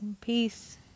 peace